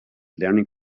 learning